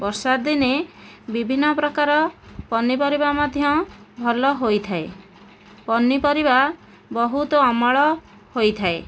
ବର୍ଷାଦିନେ ବିଭିନ୍ନ ପ୍ରକାର ପନିପରିବା ମଧ୍ୟ ଭଲ ହୋଇଥାଏ ପନିପରିବା ବହୁତ ଅମଳ ହୋଇଥାଏ